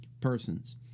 persons